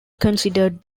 considered